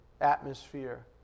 atmosphere